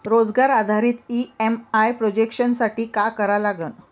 रोजगार आधारित EMI projection साठी का करा लागन?